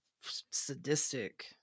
sadistic